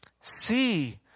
See